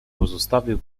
pozostawił